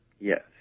Yes